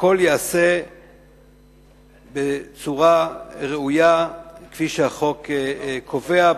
הכול ייעשה בצורה ראויה, כפי שהחוק קובע.